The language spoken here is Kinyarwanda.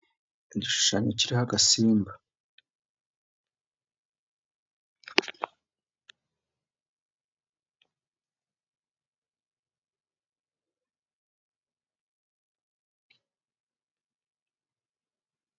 Igishushanyo kiriho agasimba .